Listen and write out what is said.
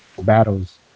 battles